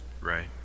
Right